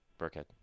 Burkhead